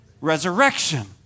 resurrection